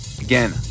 Again